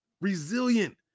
Resilient